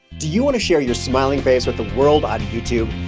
do you wanna share your smiling face with the world on youtube?